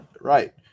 right